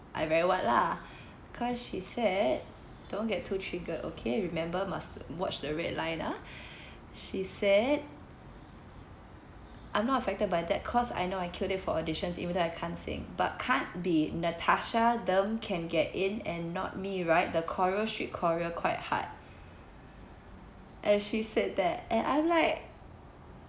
I very [what] lah cause she said don't get too triggered okay remember must watch the red line ah she said I'm not affected by that cause I know I killed it for auditions even though I can't sing but can't be natasha dumb can get in and not me right the choreo she choreo quite hard and she said that and I'm like